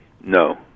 No